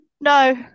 No